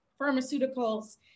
pharmaceuticals